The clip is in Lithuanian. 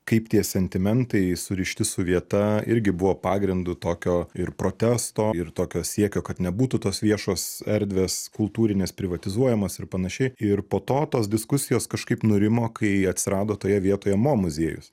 kaip tie sentimentai surišti su vieta irgi buvo pagrindu tokio ir protesto ir tokio siekio kad nebūtų tos viešos erdvės kultūrinės privatizuojamos ir panašiai ir po to tos diskusijos kažkaip nurimo kai atsirado toje vietoje mo muziejus